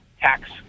tax